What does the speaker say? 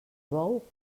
bou